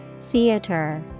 Theater